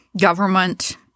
government